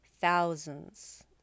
thousands